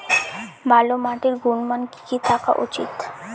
ভালো মাটির গুণমান কি কি থাকা উচিৎ?